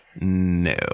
No